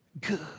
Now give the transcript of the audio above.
Good